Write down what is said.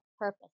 purpose